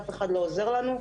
אף אחד לא עוזר לנו.